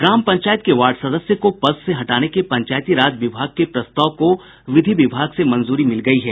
ग्राम पंचायत के वार्ड सदस्य को पद से हटाने के पंचायती राज विभाग के प्रस्ताव को विधि विभाग से मंजूरी मिल गयी है